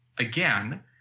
Again